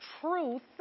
truth